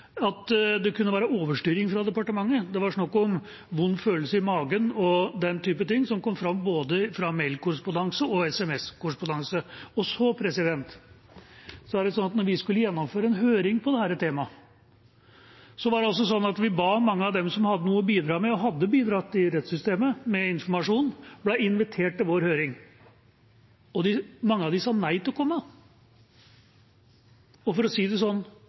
at det kunne være overstyring fra departementet. Det var snakk om vond følelse i magen og den type ting, som kom fram både i mailkorrespondanse og SMS-korrespondanse. Så er det sånn at da vi skulle gjennomføre en høring om dette temaet, ble mange av dem som hadde noe å bidra med og hadde bidratt med informasjon i rettssystemet, invitert til vår høring, og mange av dem sa nei til å komme. For å si det sånn: